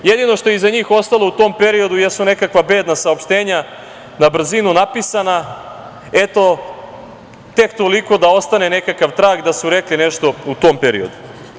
Jedino što je iza njih ostalo u tom periodu jesu nekakva bedna saopštenja na brzinu napisana, eto, tek toliko da ostane nekakav trag da su rekli nešto u tom periodu.